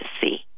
see